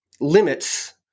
limits